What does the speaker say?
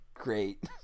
great